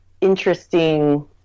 interesting